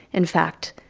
in fact,